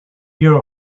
year